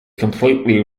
completely